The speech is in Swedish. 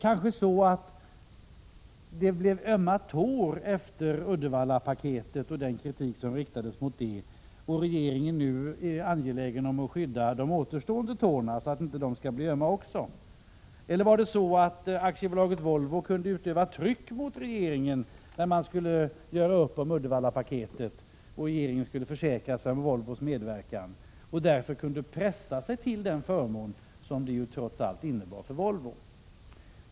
Kände sig regeringen trampad på tårna efter den kritik som riktades mot Uddevallapaketet, så att regeringen nu är angelägen om att skydda sig från att få ännu ömmare tår? Eller var det så att AB Volvo kunde utöva tryck på regeringen när regeringen skulle göra upp om Uddevallapaketet och försäkra sig om Volvos medverkan? Kunde Volvo på det sättet pressa sig till den förmån som uppgörelsen trots allt innebar för företaget?